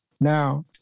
Now